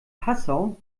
passau